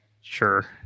Sure